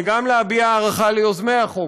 וגם להביע הערכה ליוזמי החוק,